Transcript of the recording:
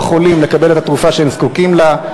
החולים לקבל את התרופה שהם זקוקים לה.